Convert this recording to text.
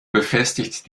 befestigt